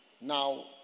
Now